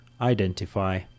identify